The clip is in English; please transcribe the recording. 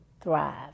thrive